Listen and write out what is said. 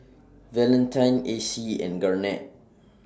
Valentine Acie and Garnet